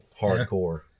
hardcore